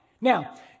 Now